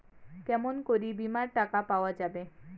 কেমন করি বীমার টাকা পাওয়া যাবে?